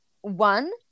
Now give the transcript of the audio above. One